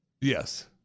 yes